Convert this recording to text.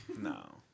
No